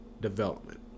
development